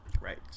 Right